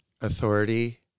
Authority